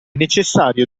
necessario